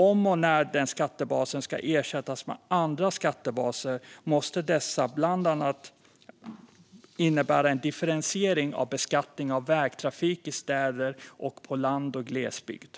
Om och när den skattebasen ska ersättas med andra skattebaser måste dessa bland annat innebära en differentiering av beskattning av vägtrafik i städer och i lands och glesbygd.